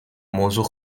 موضوع